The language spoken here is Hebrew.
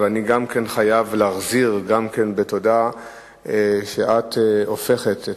אבל גם אני חייב להחזיר בתודה על כך שאת הופכת את